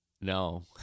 No